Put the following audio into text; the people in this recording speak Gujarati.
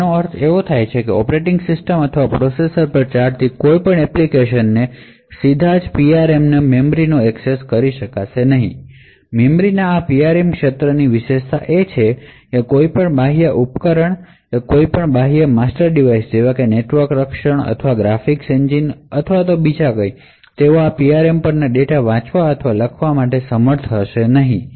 આનો અર્થ શું છે કે ઑપરેટિંગ સિસ્ટમ અથવા પ્રોસેસર પર ચાલતી કોઈપણ એપ્લિકેશન સીધા જ PRM માં મેમરીને એક્સેસ કરી શકશે નહીં મેમરીના આ PRM ક્ષેત્રની વિશેષતા એ પણ છે કે કોઈ બાહ્ય ઉપકરણ કોઈ બાહ્ય માસ્ટર ડિવાઇસ જેવા કે નેટવર્ક ગાર્ડ અથવા ગ્રાફિક એન્જિન્સ આ PRM પર ડેટા વાંચવા અથવા લખવા માટે સમર્થ હશે નહીં